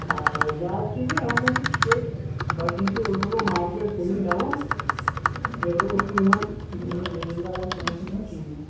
آ زیادٕ تہِ گٔے اَمہِ موٗجوٗب تہِ کیٛازِ گۄڈنیٚتھٕے أنٛدرٕ گوٚو مارکیٚٹ سٔہِی ڈاوُن نیٚبرٕ اوس نہٕ یِمَن یِم زن زمیٖن دار ٲسۍ تِمن اوس نہٕ یِوان کِہیٖنٛۍ